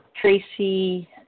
Tracy